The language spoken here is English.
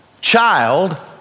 child